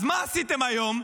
אז מה עשיתם היום,